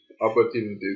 opportunities